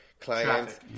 clients